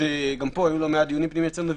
שגם פה היו לא מעט דיונים פנימיים אצלנו וויכוחים.